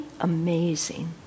amazing